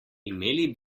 imeli